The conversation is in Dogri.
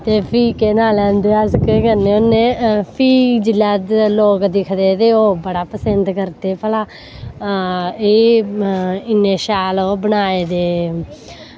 ते फ्ही केह् नांऽ लैंदे अस केह् करने होन्ने फ्ही जिसलै लोग दिखदे ते ओह् बड़ा पसिंद करदे भला एह् इन्ने शैल ओह् बनाए दे